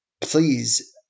please